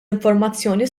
informazzjoni